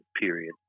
period